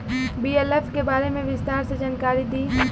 BLF के बारे में विस्तार से जानकारी दी?